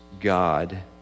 God